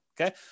Okay